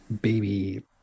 baby